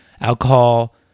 alcohol